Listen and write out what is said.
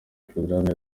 porogaramu